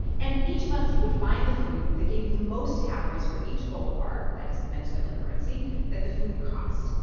and each month, he would find the food that gave you the most calories for each bolivar that is the venezuelan currency that the food costs.